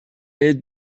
est